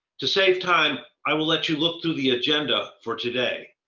to save time, i will let you look through the agenda for today.